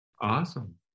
Awesome